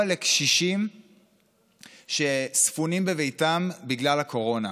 לקשישים שספונים בביתם בגלל הקורונה.